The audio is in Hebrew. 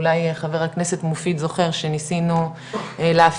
אולי חבר הכנסת מופיד זוכר שניסינו להפעיל